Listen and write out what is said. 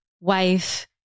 wife